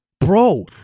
Bro